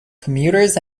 commuters